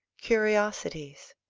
curiosities.